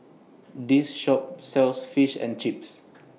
This Shop sells Fish and Chips